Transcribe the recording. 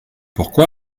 pourquoi